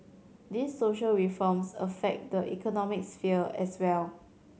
these social reforms affect the economic sphere as well